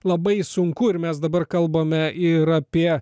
labai sunku ir mes dabar kalbame ir apie